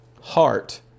Heart